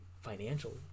financially